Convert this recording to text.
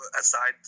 aside